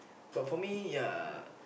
but for me ya